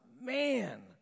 man